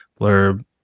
blurb